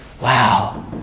Wow